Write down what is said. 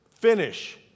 Finish